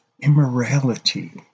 immorality